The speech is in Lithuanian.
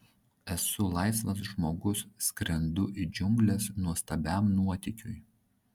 esu laisvas žmogus skrendu į džiungles nuostabiam nuotykiui